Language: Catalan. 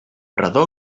redó